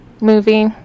movie